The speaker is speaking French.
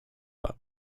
pas